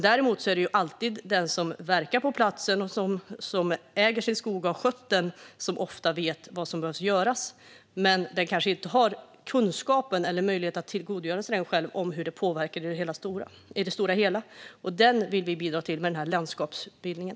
Däremot är det oftast den som verkar på platsen, som äger sin skog och som har skött den som vet vad som behöver göras. Men den personen kanske inte har kunskapen, eller möjlighet att tillgodogöra sig den, om hur det påverkar i det stora hela. Den kunskapen vill vi bidra till med den här landskapsutbildningen.